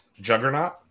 Juggernaut